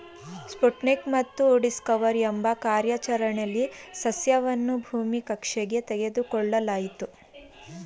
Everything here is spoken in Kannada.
ಸ್ಪುಟ್ನಿಕ್ ಮತ್ತು ಡಿಸ್ಕವರ್ ಎಂಬ ಕಾರ್ಯಾಚರಣೆಲಿ ಸಸ್ಯವನ್ನು ಭೂಮಿ ಕಕ್ಷೆಗೆ ತೆಗೆದುಕೊಳ್ಳಲಾಯ್ತು